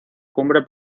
cumbre